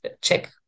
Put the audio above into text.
check